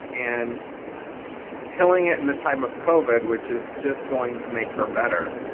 and she's killing it in the time of covid which is just going to make her better.